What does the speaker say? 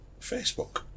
Facebook